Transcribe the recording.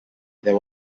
there